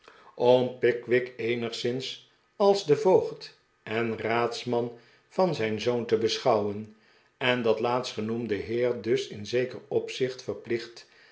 wick eenigszins als den voogd en raadsman van zijn zoon te beschouwen en dat laatstgenoemde heer dus in zeker opzicht verplicht